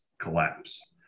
collapse